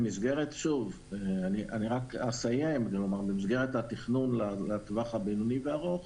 אני אסיים ואומר שבמסגרת התכנון לטווח הבינוני והארוך